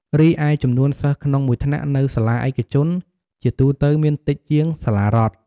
រីឯចំនួនសិស្សក្នុងមួយថ្នាក់នៅសាលាឯកជនជាទូទៅមានតិចជាងសាលារដ្ឋ។